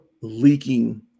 leaking